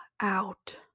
out